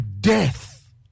death